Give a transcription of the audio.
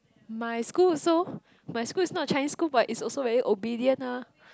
my school also my school is not Chinese school but is also very obedient ah